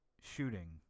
shooting